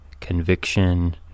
conviction